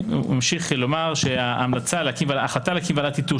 הוא ממשיך לומר שההחלטה להקים ועדת איתור,